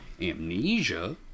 amnesia